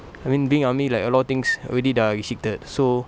I mean being in army like a lot of things already sudah restricted so